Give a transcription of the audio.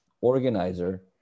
organizer